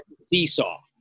seesaw